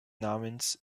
namens